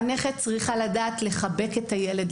מחנכת צריכה לדעת לחבק את הילד.